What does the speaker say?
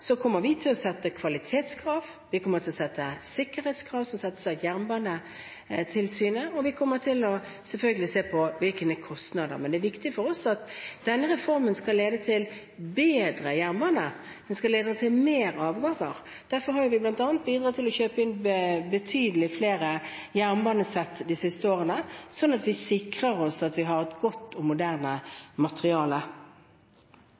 kommer vi til å sette kvalitetskrav, vi kommer til å sette sikkerhetskrav – som settes av Jernbanetilsynet – og vi kommer selvfølgelig til å se på kostnader. Men det er viktig for oss at denne reformen skal lede til bedre jernbane, den skal lede til flere avganger. Derfor har vi bl.a. bidratt til å kjøpe inn betydelig flere jernbanesett de siste årene, sånn at vi sikrer oss at vi har et godt og